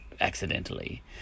accidentally